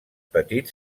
petit